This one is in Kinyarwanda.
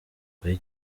agoye